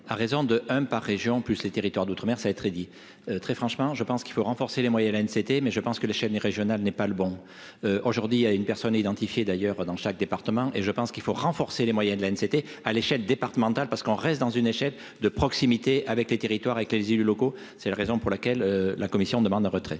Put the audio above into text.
à raison de un par région, plus les territoires d'outre-mer, ça être très dis très franchement, je pense qu'il faut renforcer les moyens une c'était mais je pense que la chaîne régionale n'est pas le bon aujourd'hui à une personne identifiée d'ailleurs dans chaque département et je pense qu'il faut renforcer les moyens de haine, c'était à l'échelle départementale parce qu'on reste dans une échelle de proximité avec les territoires avec les élus locaux, c'est la raison pour laquelle la Commission demande un retrait.